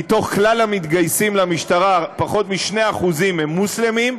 מתוך כלל המתגייסים למשטרה פחות מ-2% הם מוסלמים,